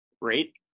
Rate